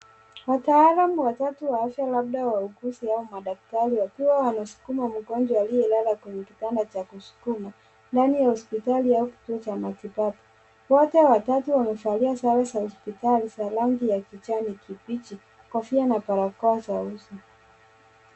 Wataalamu watatu wa afya labda wauguzi au madaktari wakiwa wanasukuma mgonjwa aliyelala kwenye kitanda cha kusukuma, ndani ya hospitali au kituo cha matibabu. Wote watatu wamevalia sare za hospitali za rangi ya kijani kibichi, kofia na barakoa za uso.